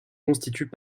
constituent